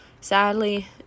sadly